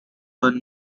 were